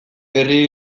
herri